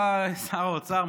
בא שר האוצר,